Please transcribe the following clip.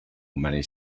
many